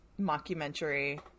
mockumentary